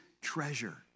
treasure